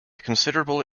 considerable